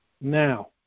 Now